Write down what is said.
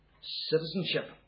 citizenship